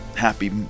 happy